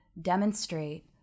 demonstrate